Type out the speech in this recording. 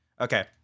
Okay